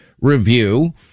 review